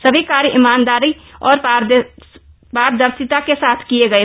सभी कार्य ईमानदारी और पारदर्शिता के साथ किये गए